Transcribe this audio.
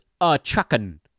a-chuckin